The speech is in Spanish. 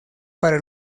para